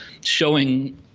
showing